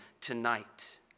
tonight